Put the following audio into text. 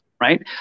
right